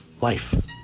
life